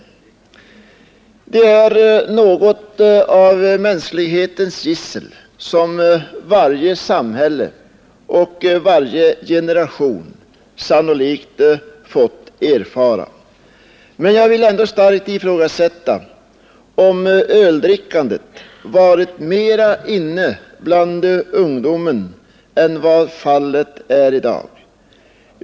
Öldrickandet är något av mänsklighetens gissel, som varje samhälle och varje generation sannolikt fått erfara, men jag vill ändå starkt ifrågasätta, om öldrickandet någonsin varit mera ”inne” bland ungdomen än vad fallet är i dag.